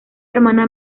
hermana